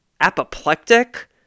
Apoplectic